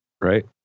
right